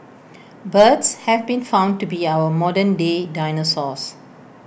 birds have been found to be our modern day dinosaurs